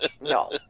no